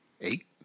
eight